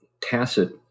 tacit